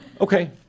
Okay